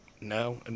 no